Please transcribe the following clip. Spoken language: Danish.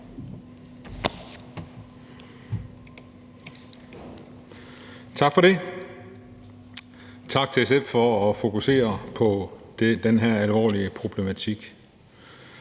Tak for det. Tak til SF for at fokusere på den her alvorlige problematik.